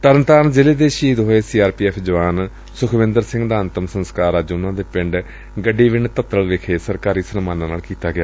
ਤਰਨ ਤਾਰਨ ਜ਼ਿਲ੍ਹੇ ਦੇ ਸ਼ਹੀਦ ਹੋਏ ਸੀ ਆਰ ਪੀ ਐੱਫ਼ ਦੇ ਜਵਾਨ ਸੁਖਵਿੰਦਰ ਸਿੰਘ ਦਾ ਅੰਤਮ ਸੰਸਕਾਰ ਅੱਜ ਉਨ੍ਹਾਂ ਦੇ ਪਿੰਡ ਗੰਡੀਵਿੰਡ ਧੱਤਲ ਵਿਖੇ ਸਰਕਾਰੀ ਸਨਮਾਨਾਂ ਨਾਲ ਕੀਤਾ ਗਿਆ